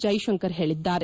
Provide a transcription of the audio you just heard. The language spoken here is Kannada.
ಜೈಶಂಕರ್ ಹೇಳಿದ್ದಾರೆ